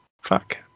fuck